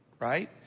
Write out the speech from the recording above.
Right